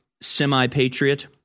semi-patriot